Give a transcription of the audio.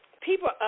People